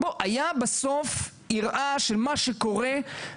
היה בסוף יראה של מה שקורה.